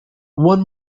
one